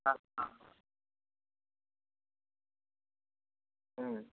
হাঁ হাঁ হুম